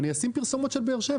אני אשים פרסומות של באר-שבע.